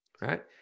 Right